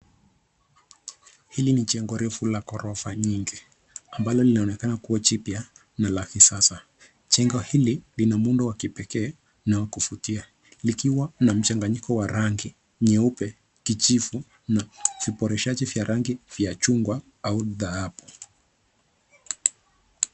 Hili ni jengo refu la ghorofa nyigi ambalo linaonekana kuwa jipya na kisasa, jengo hili lina muundo wa kipekee na wa kuvutia likiwa na mchanganyiko wa rangi nyeupe, kijivu na viboreshaji vya rangi vya chungwa au dhahabu.